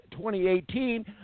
2018